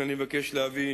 אני מבקש להביא